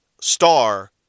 star